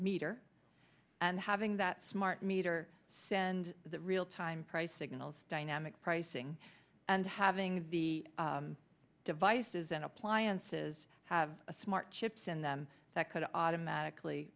meter and having that smart meter stand the real time price signals dynamic pricing and having the devices and appliances have a smart chips in them that could automatically